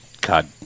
God